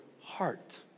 heart